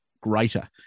greater